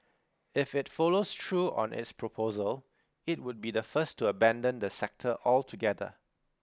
if it follows through on its proposal it would be the first to abandon the sector altogether